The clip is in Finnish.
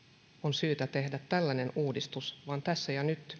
syytä tehdä tällainen uudistus vaan tässä ja nyt